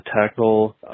tackle